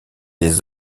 des